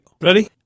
ready